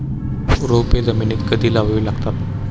रोपे जमिनीत कधी लावावी लागतात?